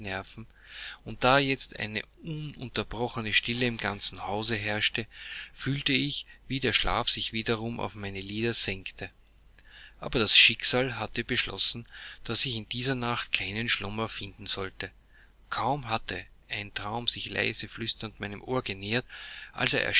und da jetzt eine ununterbrochene stille im ganzen hause herrschte fühlte ich wie der schlaf sich wiederum auf meine lider senkte aber das schicksal hatte beschlossen daß ich in dieser nacht keinen schlummer finden sollte kaum hatte ein traum sich leise flüsternd meinem ohre genähert als